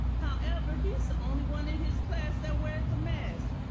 however, he's the only one in his class that wears a mask.